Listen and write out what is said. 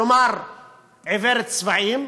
כלומר עיוורת צבעים,